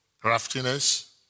craftiness